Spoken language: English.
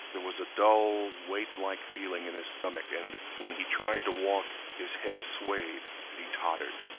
there was a dull, weight-like feeling in his stomach, and, when he tried to walk, his head swayed and he tottered.